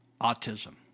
autism